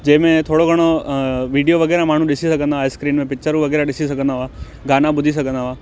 जंहिंमें थोरो घणो वीडियो वगै़रह माण्हू ॾिसी सघंदा हुवा स्क्रीन में पिकिचरूं वगै़रह ॾिसी सघंदा हुवा गाना ॿुधी सघंदा हुआ